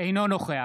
אינו נוכח